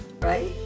right